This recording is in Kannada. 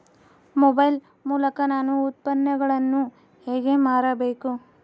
ಮೊಬೈಲ್ ಮೂಲಕ ನಾನು ಉತ್ಪನ್ನಗಳನ್ನು ಹೇಗೆ ಮಾರಬೇಕು?